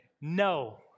no